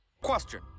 Question